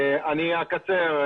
אני אקצר,